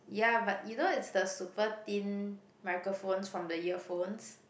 ya but you know it's the super thin microphones from the earphones